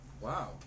wow